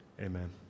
amen